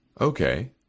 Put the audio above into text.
Okay